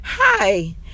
Hi